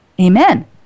Amen